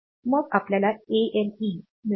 मग आपल्याला ALE मिळाले आहे